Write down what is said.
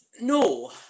No